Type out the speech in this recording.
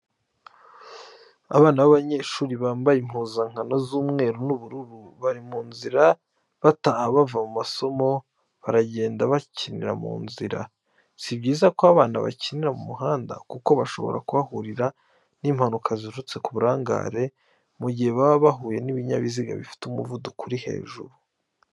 Abana b'abanyeshuri bambaye impuzankano z'umweru n'ubururu bari mu nzira bataha bava mu masomo baragenda bakinira mu nzira, si byiza ko abana bakinira mu muhanda kuko bashobora kuhahurira n'impanuka ziturutse ku burangare mu gihe baba bahuye n'ibinyabiziga bifite umuvuduko uri hejuru.